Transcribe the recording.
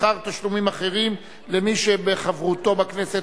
שכר ותשלומים אחרים למי שחברותו בכנסת